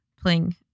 Playing